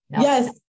Yes